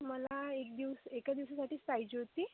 मला एक दिवस एका दिवसासाठीच पाहिजे होती